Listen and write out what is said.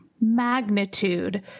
magnitude